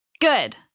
Good